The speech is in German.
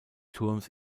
turms